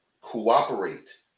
cooperate